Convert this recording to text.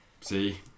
See